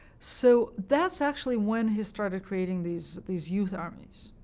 so that's actually when he started creating these these youth armies.